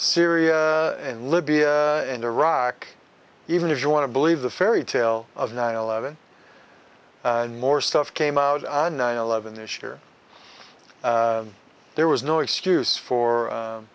syria and libya and iraq even if you want to believe the fairy tale of nine eleven and more stuff came out on nine eleven this year there was no excuse for